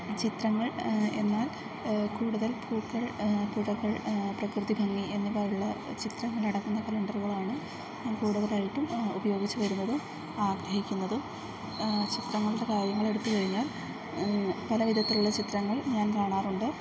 ചിത്രങ്ങൾ എന്നാൽ കൂടുതൽ പൂക്കൾ പുഴകൾ പ്രകൃതിഭംഗി എന്നിവയുള്ള ചിത്രങ്ങളടങ്ങുന്ന കലണ്ടറുകളാണ് ഞാൻ കൂടുതലായിട്ടും ഉപയോഗിച്ച് വരുന്നതും ആഗ്രഹിക്കുന്നതും ചിത്രങ്ങളുടെ കാര്യങ്ങളെടുത്ത് കഴിഞ്ഞാൽ പല വിധത്തിലുള്ള ചിത്രങ്ങൾ ഞാൻ കാണാറുണ്ട്